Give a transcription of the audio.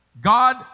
God